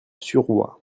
suroît